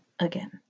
again